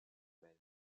belle